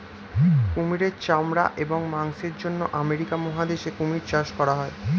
কুমিরের চামড়া এবং মাংসের জন্য আমেরিকা মহাদেশে কুমির চাষ করা হয়